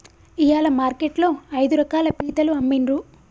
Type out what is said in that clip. ఇయాల మార్కెట్ లో ఐదు రకాల పీతలు అమ్మిన్రు